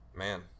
man